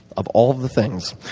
of all the things.